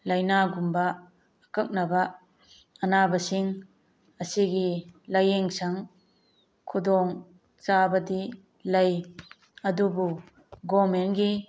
ꯂꯥꯏꯅꯥꯒꯨꯝꯕ ꯑꯀꯛꯅꯕ ꯑꯅꯥꯕꯁꯤꯡ ꯑꯁꯤꯒꯤ ꯂꯥꯏꯌꯦꯡꯁꯪ ꯈꯨꯗꯣꯡꯆꯥꯕꯗꯤ ꯂꯩ ꯑꯗꯨꯕꯨ ꯒꯣꯃꯦꯟꯒꯤ